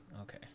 Okay